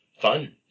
fun